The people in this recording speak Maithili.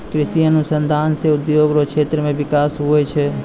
कृषि अनुसंधान से उद्योग रो क्षेत्र मे बिकास हुवै छै